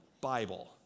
Bible